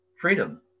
freedom